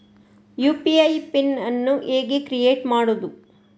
UPI PIN ಅನ್ನು ಹೇಗೆ create ಮಾಡುದು?